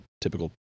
typical